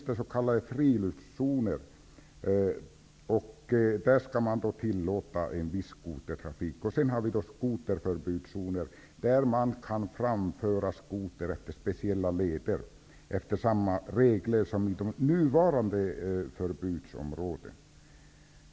I den andra zonen -- friluftszonen -- skall man tillåta en viss skotertrafik. I den tredje zonen -- Det är fråga om stora ytor.